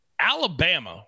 Alabama